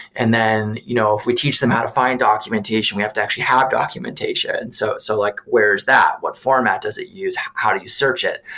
and then you know if we teach them how to find documentation, we have to actually have documentation. so so like where's that? what format does it use? how do you search it?